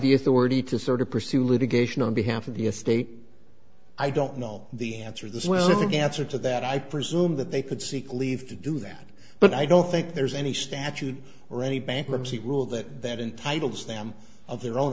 the authority to sort of pursue litigation on behalf of the estate i don't know the answer this with the answer to that i presume that they could seek leave to do that but i don't think there's any statute or any bankruptcy rule that that entitles them of their own